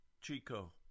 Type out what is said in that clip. Chico